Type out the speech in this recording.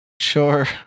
sure